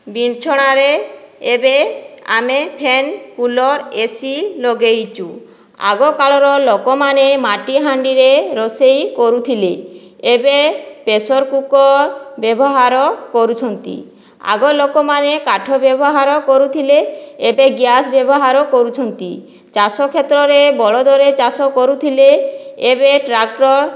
ବିଞ୍ଛଣାରେ ଏବେ ଆମେ fan cooler AC ଲଗାଇଛୁ ଆଗ କାଳର ଲୋକମାନେ ମାଟି ହାଣ୍ଡିରେ ରୋଷେଇ କରୁଥିଲେ ଏବେ ପ୍ରେସର କୁକର ବ୍ୟବହାର କରୁଛନ୍ତି ଆଗ ଲୋକମାନେ କାଠ ବ୍ୟବହାର କରୁଥିଲେ ଏବେ ଗ୍ୟାସ୍ ବ୍ୟବହାର କରୁଛନ୍ତି ଚାଷ କ୍ଷେତ୍ରରେ ବଳଦରେ ଚାଷ କରୁଥିଲେ ଏବେ ଟ୍ରାକ୍ଟର